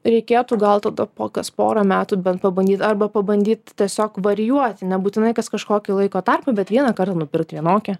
reikėtų gal tada po kas porą metų bent pabandyt arba pabandyt tiesiog varijuoti nebūtinai kas kažkokį laiko tarpą bet vieną kartą nupirkt vienokią